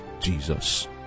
Jesus